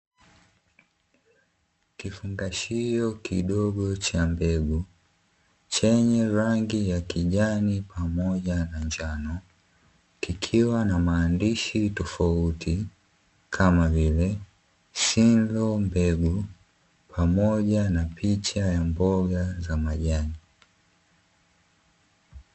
Kifungashio kidogo cha mbegu, chenye rangi ya kijani pamoja na njano, kikiwa na maandishi tofauti kama vile "Simlaw mbegu", pamoja na picha ya mboga za majani.